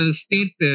state